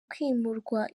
kwimurwa